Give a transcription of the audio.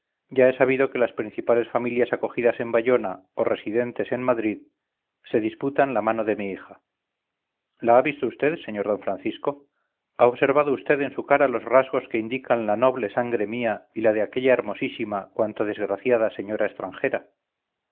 ya he sabido que las principales familias acogidas en bayona o residentesen madrid se disputan la mano de mi hija la ha visto vd sr d francisco ha observado usted en su cara los rasgos que indican la noble sangre mía y la de aquella hermosísima cuanto desgraciada señora extranjera